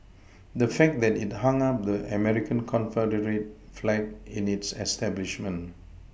the fact that it hung up the American Confederate flag in its establishment